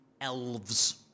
elves